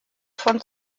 von